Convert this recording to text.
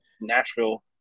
Nashville